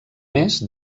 més